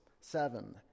seven